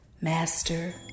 Master